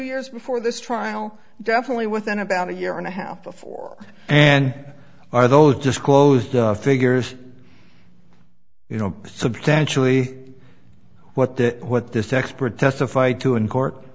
years before this trial definitely within about a year and a half before and are those disclosed figures you know substantially what that what this expert testified to in court